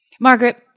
Margaret